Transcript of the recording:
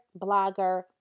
blogger